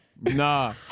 Nah